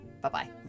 Bye-bye